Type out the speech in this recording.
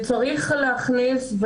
צריך להכניס,